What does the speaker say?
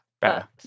Better